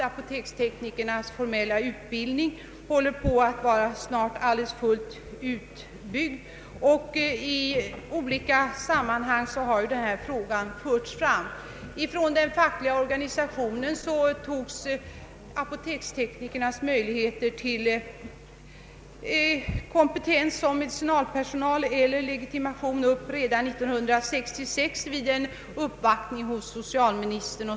Apoteksteknikernas formella utbildning är nu snart fullständigt utbyggd. Denna fråga har förts fram i olika sammanhang. Den fackliga organisationen tog redan 1966 upp apoteksteknikernas möjligheter till att i ansvarshänseende hänföras till kategorin medicinalpersonal. Detta skedde vid en uppvaktning hos socialministern.